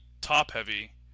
top-heavy